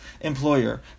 employer